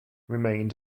remained